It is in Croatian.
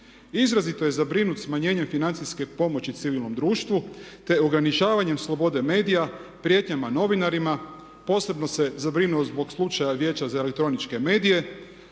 Izrazito je zabrinut smanjenjem financijske pomoći civilnom društvu te ograničavanjem slobode medija, prijetnjama novinarima, posebno se zabrinuo zbog slučaja Vijeća za elektroničke medije.